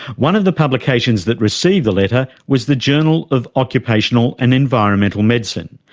one of the publications that received the letter was the journal of occupational and environmental medicine,